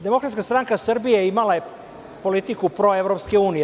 Demokratska stranka Srbije imala je politiku proevropske unije.